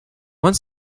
want